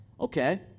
Okay